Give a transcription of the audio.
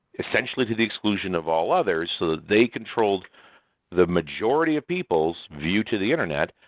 essentially to the exclusion of all others so that they controlled the majority of people's view to the internet,